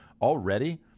already